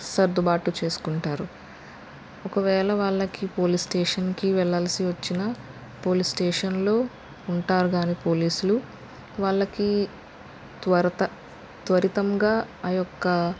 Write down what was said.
సర్దుబాటు చేసుకుంటారు ఒక వేళ వాళ్ళకి పోలీస్ స్టేషన్ కి వెళ్లాల్సి వచ్చిన పోలీస్ స్టేషన్లో ఉంటారు కానీ పోలీసులు వాళ్ళకి త్వరత త్వరితంగా ఆ యొక్క